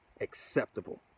acceptable